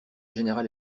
général